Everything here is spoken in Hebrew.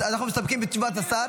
אז אנחנו מסתפקים בתשובת השר.